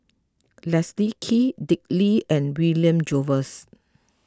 Leslie Kee Dick Lee and William Jervois